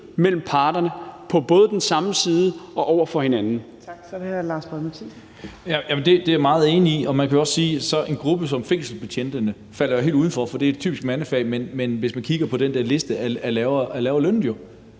mellem parterne, både på den samme side og over for hinanden.